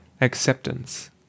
Acceptance